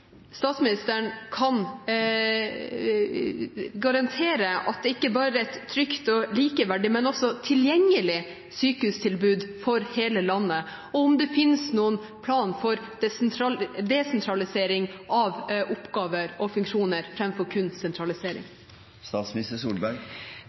statsministeren kan garantere at det ikke bare er et trygt og likeverdig, men også et tilgjengelig sykehustilbud for hele landet, og om det finnes noen plan for desentralisering av oppgaver og funksjoner, framfor kun sentralisering.